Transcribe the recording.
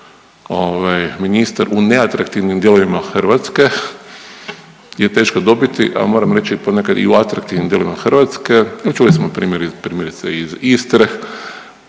ministar u neatraktivnim dijelovima Hrvatske je teško dobiti, a moram reći ponekad i u atraktivnim dijelovima Hrvatske. A čuli smo primjerice iz Istre